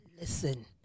Listen